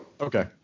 Okay